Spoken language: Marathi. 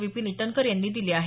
विपीन इटनकर यांनी दिले आहेत